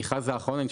האחרון?